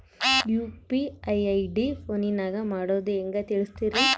UPI ID ಫೋನಿನಾಗ ಮಾಡೋದು ಹೆಂಗ ತಿಳಿಸ್ರಿ?